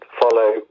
follow